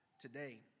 today